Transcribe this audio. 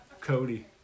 Cody